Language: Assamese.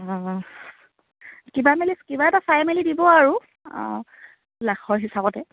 অঁ কিবা মেলি কিবা এটা চাই মেলি দিব আৰু লাখৰ হিচাপতে